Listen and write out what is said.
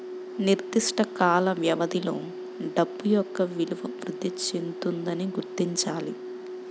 నిర్దిష్ట కాల వ్యవధిలో డబ్బు యొక్క విలువ వృద్ధి చెందుతుందని గుర్తించాలి